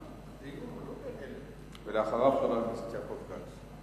טיבי, ולאחריו, חבר הכנסת יעקב כץ.